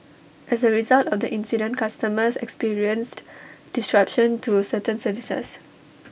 as A result of the incident customers experienced disruption to certain services